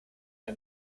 der